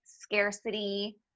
scarcity